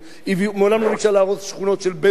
היא מעולם לא ביקשה להרוס שכונות של בדואים,